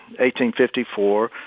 1854